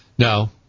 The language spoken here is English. No